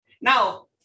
Now